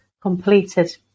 completed